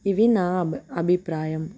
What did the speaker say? ఇవి నా అభిప్రాయం